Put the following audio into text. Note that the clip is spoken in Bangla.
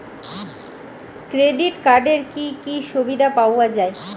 ক্রেডিট কার্ডের কি কি সুবিধা পাওয়া যায়?